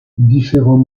différents